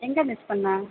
எங்கே மிஸ் பண்ண